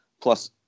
plus